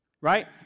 Right